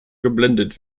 geblendet